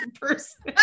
person